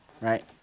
right